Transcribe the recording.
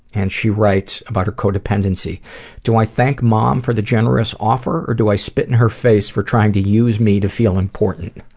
and she writes about her co-dependency do i thank mom for the generous offer or do i spit in her face for trying to use me to feel important?